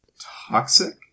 Toxic